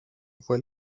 fue